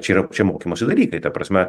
čia yra čia mokymosi dalykai ta prasme